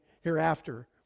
hereafter